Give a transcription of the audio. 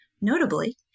notably